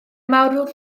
mawr